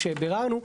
כשביררנו.